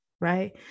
right